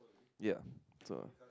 ya so